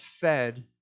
fed